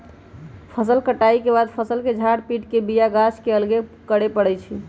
फसल कटाइ के बाद फ़सल के झार पिट के बिया गाछ के अलग करे परै छइ